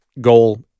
goal